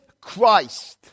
Christ